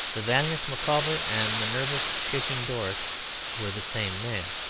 the valiant micawber and the nervous, shaking dorrit were the same man.